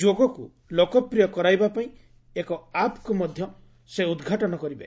ଯୋଗକୁ ଲୋକପ୍ରିୟ କରାଇବା ପାଇଁ ଏକ ଆପ୍କୁ ମଧ୍ୟ ସେ ଉଦ୍ଘାଟନ କରିବେ